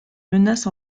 menace